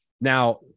Now